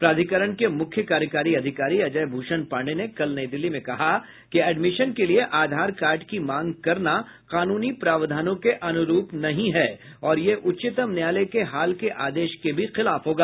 प्राधिकरण के मुख्य कार्यकारी अधिकारी अजय भूषण पाण्डेय ने कल नई दिल्ली में कहा कि एडमिशन के लिए आधार कार्ड की मांग करना कानूनी प्रावधानों के अनुरूप नहीं है और यह उच्चतम न्यायालय के हाल के आदेश के भी खिलाफ होगा